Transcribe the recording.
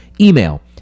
Email